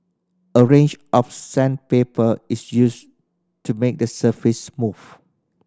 a range of sandpaper is used to make the surface smooth